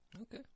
Okay